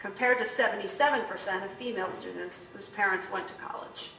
compared to seventy seven percent of female students whose parents went to college